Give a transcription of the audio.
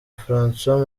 francois